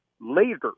later